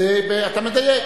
אז אתה מדייק.